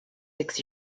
six